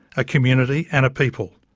a community and a people.